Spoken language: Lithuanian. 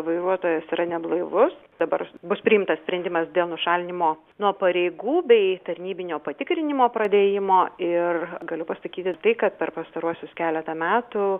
vairuotojas yra neblaivus dabar bus priimtas sprendimas dėl nušalinimo nuo pareigų bei tarnybinio patikrinimo pradėjimo ir galiu pasakyti tai kad per pastaruosius keletą metų